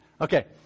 Okay